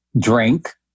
drink